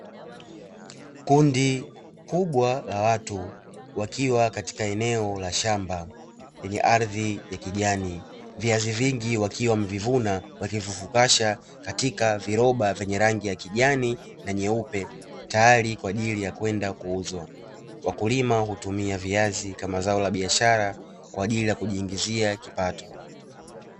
Kundi kubwa la watu wakiwa katika eneo la shamba lenye ardhi ya kijani viazi vingi wakiwa wamevivuna wakivifungasha katika viroba vyenye rangi ya kijani na nyeupe, tayari kwa ajili ya kwenda kuuzwa wakulima hutumia viazi kama zao la biashara kwa ajili ya kujiingizia kipato.